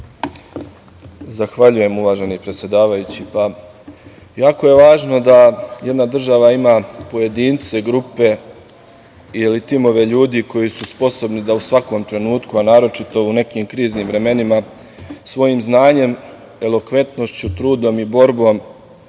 Zahvaljujem. Jako je važno da jedna država ima pojedince, grupe ili timove ljudi koji su sposobni da u svakom trenutku, a naročito u nekim kriznim vremenima svojim znanjem, elokventnošću, trudom i borbom